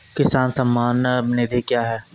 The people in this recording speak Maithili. किसान सम्मान निधि क्या हैं?